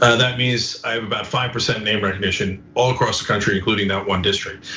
ah that means i have about five percent name recognition all across the country, including that one district.